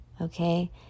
okay